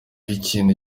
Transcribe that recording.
ikintu